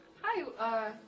Hi